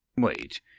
Wait